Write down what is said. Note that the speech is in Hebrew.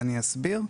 אני אסביר: